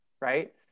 Right